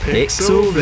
Pixel